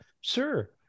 Sure